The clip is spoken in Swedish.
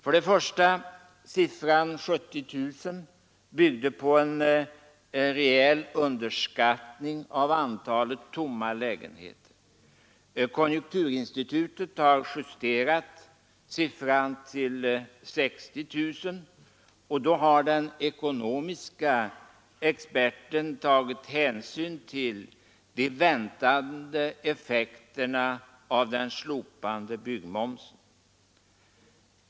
För det första kan sägas att siffran 70 000 byggde på en reell underskattning av antalet tomma lägenheter. Konjunkturinstitutet har justerat siffran till 60 000, och då har den ekonomiska expertisen tagit hänsyn till de väntade effekterna av den slopade byggmomsen.